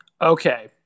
Okay